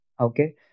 Okay